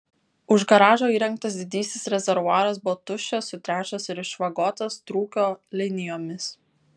už garažo įrengtas didysis rezervuaras buvo tuščias sutręšęs ir išvagotas trūkio linijomis